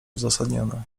uzasadnione